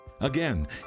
Again